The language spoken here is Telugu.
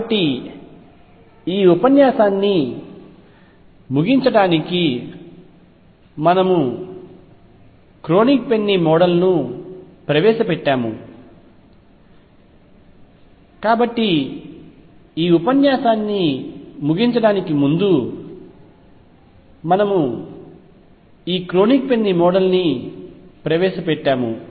కాబట్టి ఈ ఉపన్యాసాన్ని ముగించడానికి ముందు సంక్షిప్తంగా చెప్పాలంటే మనము క్రోనిగ్ పెన్నీ మోడల్ను ప్రవేశపెట్టాము